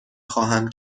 خواهم